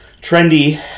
trendy